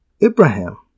Abraham